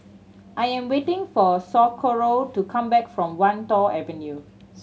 I am waiting for Socorro to come back from Wan Tho Avenue